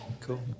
Cool